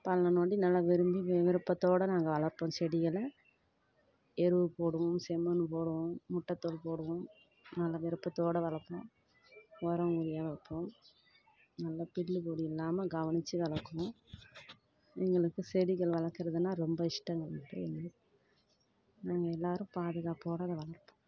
பள்ளம் தோண்டி நல்லா விரும்பி விருப்பத்தோடு நாங்கள் வளர்ப்போம் செடிகளை எரு போடுவோம் செம்மண் போடுவோம் முட்டை தோல் போடுவோம் நல்லா விருப்பத்தோடு வளர்ப்போம் உரம் யூரியா வைப்போம் நல்லா புல்லு பொடியில்லாமல் கவனித்து வளக்கணும் எங்களுக்கு செடிகள்லாம் வளக்கிறதுனா ரொம்ப இஷ்டம் எங்களுக்கு நாங்கள் எல்லோரும் பாதுகாப்போடு வளர்ப்போம்